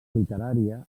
literària